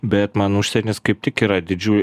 bet man užsienis kaip tik yra didžiu